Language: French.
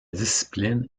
discipline